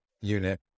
unit